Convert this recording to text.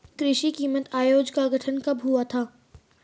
कृषि कीमत आयोग का गठन कब हुआ था?